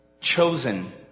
chosen